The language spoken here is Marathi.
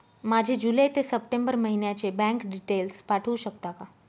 माझे जुलै ते सप्टेंबर महिन्याचे बँक डिटेल्स पाठवू शकता का?